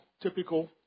typical